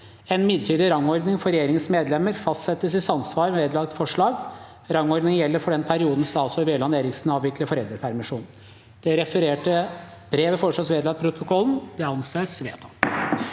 En midlertidig rangordning for regjeringens medlemmer fastsettes i samsvar med vedlagte forslag. Rangordningen gjelder for den perioden statsråd Bjelland Eriksen avvikler foreldrepermisjon.» Det refererte brevet foreslås vedlagt protokollen. – Det anses vedtatt.